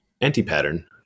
anti-pattern